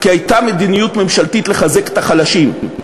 כי הייתה מדיניות ממשלתית לחזק את החלשים: